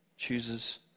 Chooses